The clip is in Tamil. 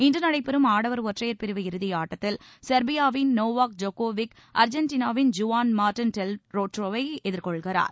இன்று நடைபெறும் ஆடவர் ஒற்றையர் பிரிவு இறுதியாட்டத்தில் செர்பியாவின் நோவாக் ஜோக்கோவிச் அர்ஜென்டினாவின் ஜூவான் மார்ட்டின் டெல் போட்ரோவை எதிர்கொள்கிறார்